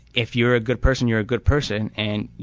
if you're a good person, you're a good person and